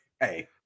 hey